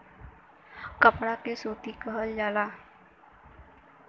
कपड़ा के सूती कहल जाला